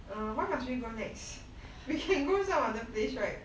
err why must we gio NEX we can go some other place right